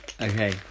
Okay